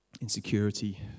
Insecurity